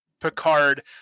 Picard